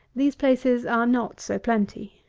these places are not so plenty.